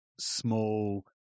small